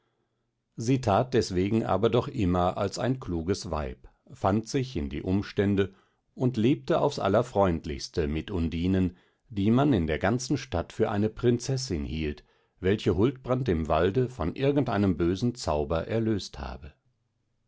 sie tat deswegen aber doch immer als ein kluges weib fand sich in die umstände und lebte aufs allerfreundlichste mit undinen die man in der ganzen stadt für eine prinzessin hielt welche huldbrand im walde von irgendeinem bösen zauber erlöst habe